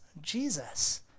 Jesus